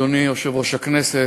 אדוני יושב-ראש הכנסת,